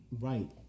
Right